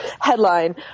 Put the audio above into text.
headline